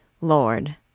Lord